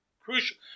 crucial